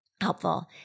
helpful